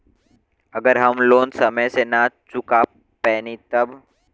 अगर हम लोन समय से ना चुका पैनी तब?